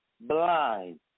blind